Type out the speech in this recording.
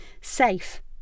safe